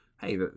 hey